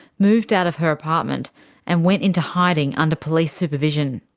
moved out of her apartment and went into hiding under police supervision.